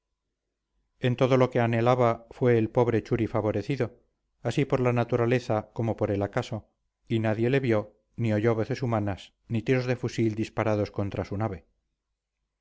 en todo lo que anhelaba fue el pobre churi favorecido así por la naturaleza como por el acaso y nadie le vio ni oyó voces humanas ni tiros de fusil disparados contra su nave